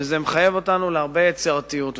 וזה מחייב אותנו להרבה יצירתיות.